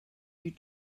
you